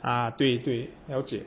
啊对对了解